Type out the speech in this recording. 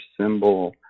symbol